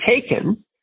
taken